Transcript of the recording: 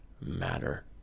matter